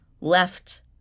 left